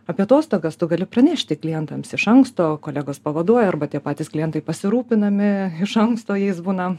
apie atostogas tu gali pranešti klientams iš anksto kolegos pavaduoja arba tie patys klientai pasirūpinami iš anksto jais būna